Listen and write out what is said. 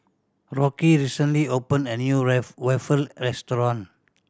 Rocky recently opened a new waffle restaurant